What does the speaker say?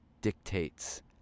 dictates